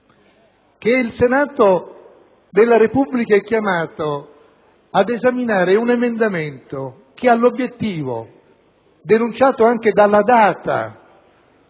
che il Senato della Repubblica è chiamato ad esaminare un emendamento che ha l'obiettivo specifico, denunciato anche dalla data